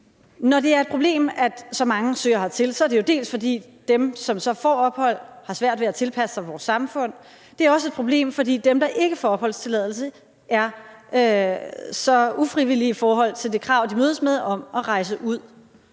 Når det er et problem, at så mange søger hertil, er det jo, dels fordi dem, som så får ophold, har svært ved at tilpasse sig vores samfund, dels fordi dem, der ikke får opholdstilladelse, er så uvillige til at efterleve det krav, de mødes med, om at rejse ud.